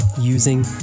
using